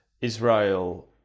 Israel